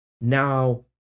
now